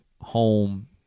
home